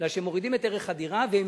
מפני שהם מורידים את ערך הדירה והם